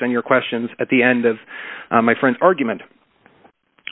and your questions at the end of my friends argument